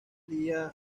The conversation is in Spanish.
día